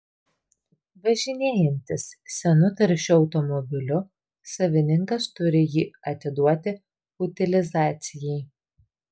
važinėjantis senu taršiu automobiliu savininkas turi jį atiduoti utilizacijai